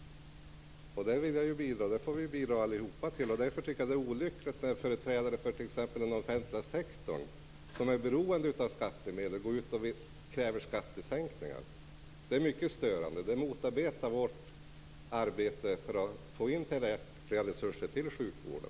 Det får vi ju bidra till, allihop. Därför tycker jag att det är olyckligt när företrädare för t.ex. den offentliga sektorn, som är beroende av skattemedel, går ut och kräver skattesänkningar. Det är mycket störande. Det motarbetar vårt arbete att få in tillräckliga resurser till sjukvården.